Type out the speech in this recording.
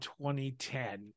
2010